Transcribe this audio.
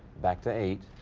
back to eight.